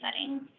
settings